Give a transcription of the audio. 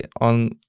on